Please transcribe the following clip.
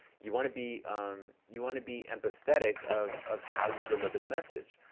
you want to be um you want to be empathetic of of how you deliver the message.